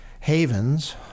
havens